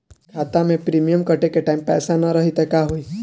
खाता मे प्रीमियम कटे के टाइम पैसा ना रही त का होई?